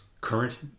current